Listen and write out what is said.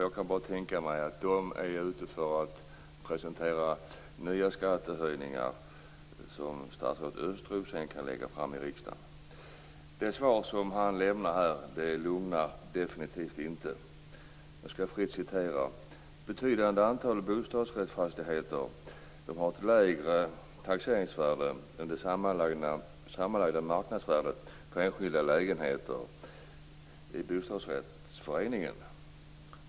Jag kan bara tänka mig att de är ute efter att presentera nya skattehöjningar, som statsrådet Östros sedan kan lägga fram i riksdagen. Det svar som han lämnar här lugnar definitivt inte. Jag skall citera fritt: Betydande antal bostadsrättsfastigheter har ett lägre taxeringsvärde än det sammanlagda marknadsvärdet på enskilda lägenheter i bostadsrättsföreningen.